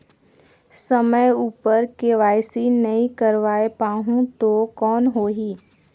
समय उपर के.वाई.सी नइ करवाय पाहुं तो कौन होही?